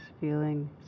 feeling